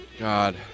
God